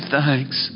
thanks